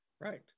Right